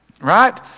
right